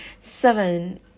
seven